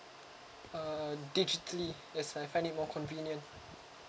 uh digitally as I find it more convenient